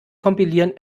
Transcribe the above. kompilieren